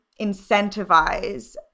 incentivize